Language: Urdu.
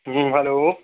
ہوں ہلو